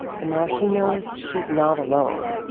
but now she knows she's not alone.